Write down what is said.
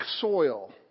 soil